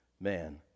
man